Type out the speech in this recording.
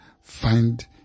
Find